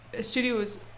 studios